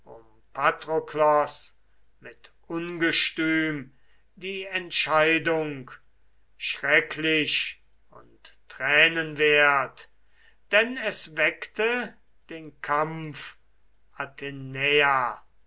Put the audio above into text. patroklos mit ungestüm die entscheidung schrecklich und tränenwert denn es weckte den kampf